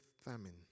famine